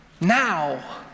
now